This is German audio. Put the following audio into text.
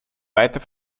weiter